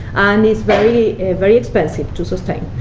and is very very expensive to sustain.